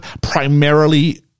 primarily